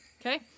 Okay